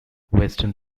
western